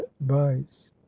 advice